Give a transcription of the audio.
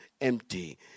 empty